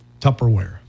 Tupperware